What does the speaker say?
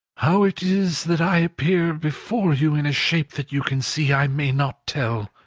how it is that i appear before you in a shape that you can see, i may not tell.